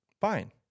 Fine